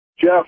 Jeff